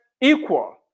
equal